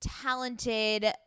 talented